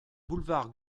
boulevard